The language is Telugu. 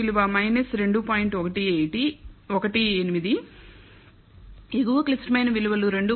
18 ఎగువ క్లిష్టమైన విలువలు 2